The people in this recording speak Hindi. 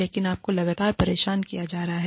लेकिन आपको लगातार परेशान किया जा रहा है